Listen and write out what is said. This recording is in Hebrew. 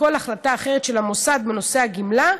ככל החלטה אחרת של המוסד בנושא הגמלה,